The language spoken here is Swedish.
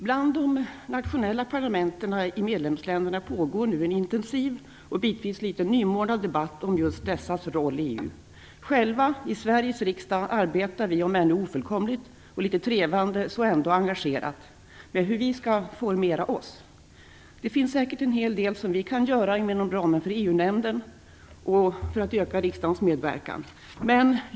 Bland de nationella parlamenten i medlemsländerna pågår nu en intensiv och bitvis litet nymornad debatt om just dessas roll i EU. Själva, i Sveriges riksdag, arbetar vi om ännu ofullkomligt och litet trevande men ändå engagerat med hur vi skall formera oss. Det finns säkert en hel del vi kan göra inom ramen för EU-nämnden för att öka riksdagens medverkan.